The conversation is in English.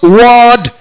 word